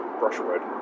brushwood